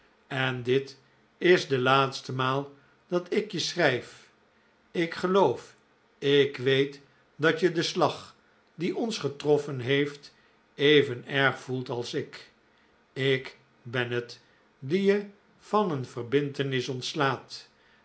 en dit is de laatste maal dat ik je schrijf ik geloof ik weet datje den slag die ons getroffen heeft even erg voelt als ik ik ben het die je van een verbintenis ontslaat